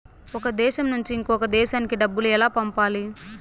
ఒక దేశం నుంచి ఇంకొక దేశానికి డబ్బులు ఎలా పంపాలి?